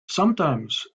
sometimes